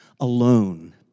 alone